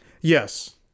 yes